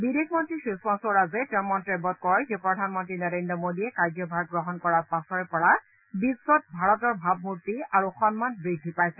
বিদেশ মন্ত্ৰী সুষমা স্বৰাজে তেওঁৰ মন্তব্যত কয় যে প্ৰধানমন্ত্ৰী নৰেদ্ৰ মোডীয়ে কাৰ্যভাৰ গ্ৰহণ কৰাৰ পাছৰে পৰা বিশ্বত ভাৰতৰ ভাৱমৰ্তি আৰু সন্মান বুদ্ধি পাইছে